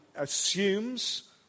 assumes